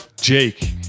Jake